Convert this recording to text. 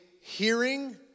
hearing